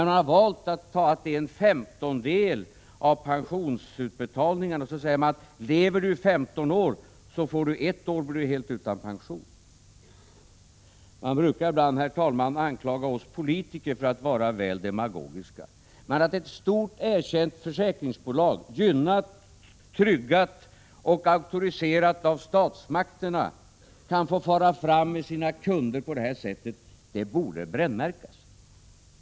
Man har valt att uttrycka det som att det handlar om en femtondel av pensionsutbetalningarna. Man säger: Lever du i 15 år, så blir du under ett år helt utan pension. Man brukar ibland, herr talman, anklaga oss politiker för att vara väl demagogiska. Men att ett stort, erkänt försäkringsbolag, gynnat, tryggat och auktorise rat av statsmakterna, kan få fara fram med sina kunder på det här sättet, det Prot. 1986/87:21 borde brännmärkas.